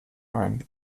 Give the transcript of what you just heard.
ein